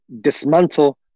dismantle